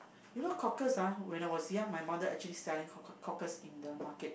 you know cockles ah when I was young my mother actually selling cock~ cockles in the market